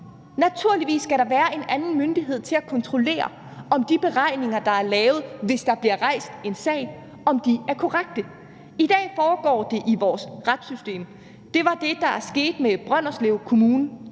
Naturligvis skal der være en anden myndighed til at kontrollere, om de beregninger, der er lavet, hvis der bliver rejst en sag, er korrekte. I dag foregår det i vores retssystem. Det var det, der skete med Brønderslev Kommune,